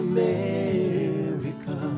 America